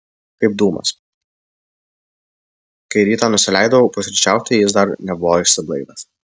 kaip dūmas kai rytą nusileidau pusryčiauti jis dar nebuvo išsiblaivęs